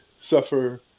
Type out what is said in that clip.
suffer